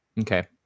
Okay